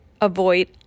avoid